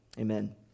Amen